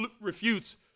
refutes